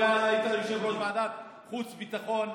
אולי היית יושב-ראש ועדת החוץ והביטחון,